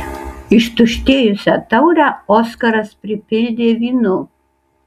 ištuštėjusią taurę oskaras pripildė vynu